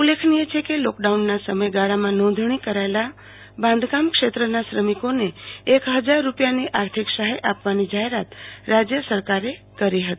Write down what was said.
ઉલ્લેખનીય છે કે લોકડાઉનના સમયગાળામાં નોંધણી કરાયેલા બાંધકામ ક્ષેત્રના શ્રમિકોને એક હજાર રૂપિયાની આર્થિક સહાય આપવાની જાહેરાત રાજ્ય સરકારે કરી હતી